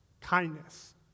kindness